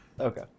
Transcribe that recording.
Okay